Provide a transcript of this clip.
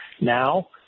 Now